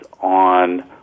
on